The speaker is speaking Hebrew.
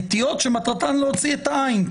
נטיעות שמטרתן להוציא את העין,